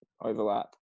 overlap